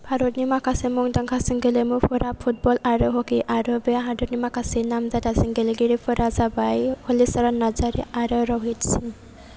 भारतनि माखासे मुंदांखासिन गेलेमुफोरा फुटबल आरो हकि आरो बे हादरनि माखासे नामजादासिन गेलेगिरिफोरा जाबाय हलिचरन नार्जारि आरो रहित सिं